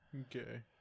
Okay